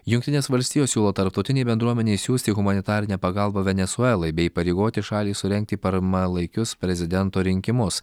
jungtinės valstijos siūlo tarptautinei bendruomenei siųsti humanitarinę pagalbą venesuelai bei įpareigoti šalį surengti parmalaikius prezidento rinkimus